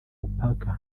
mpaka